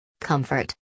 Comfort